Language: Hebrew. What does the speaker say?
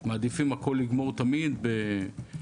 הם מעדיפים לגמור הכול תמיד בשיח.